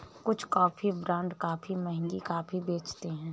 कुछ coffee brand काफी महंगी कॉफी बेचते हैं